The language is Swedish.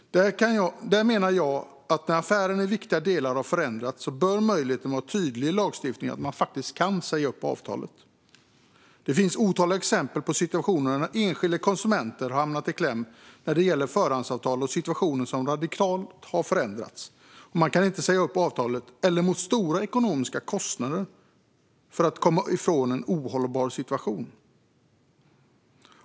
Jag menar att det när affären i viktiga delar har förändrats bör finnas en tydlig möjlighet i lagstiftningen att säga upp avtalet. Det finns otaliga exempel på situationer där den enskilde konsumenten har hamnat i kläm när det gäller förhandsavtal och situationer som radikalt har förändrats och där man inte kan säga upp avtalet - eller där detta medför stora ekonomiska kostnader - för att komma ifrån en ohållbar situation.